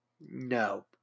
No